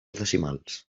decimals